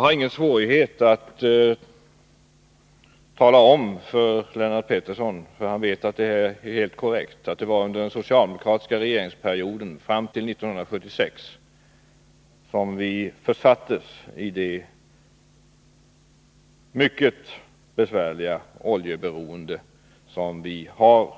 Det är inte svårt för mig att tala om för Lennart Pettersson — han vet nämligen att det är helt korrekt — att det var under den socialdemokratiska regeringsperioden, fram till 1976, som vi försattes i det mycket besvärliga oljeberoende som vi